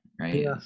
right